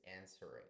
answering